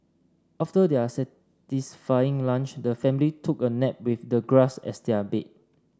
after their satisfying lunch the family took a nap with the grass as their bed